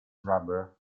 rubber